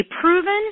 proven